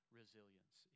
resilience